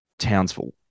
Townsville